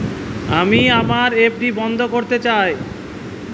আমি আমার এফ.ডি বন্ধ করতে চাই